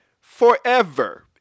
forever